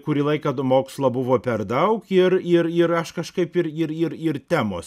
kurį laiką tų mokslo buvo per daug ir ir ir aš kažkaip ir ir ir temos